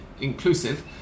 inclusive